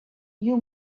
you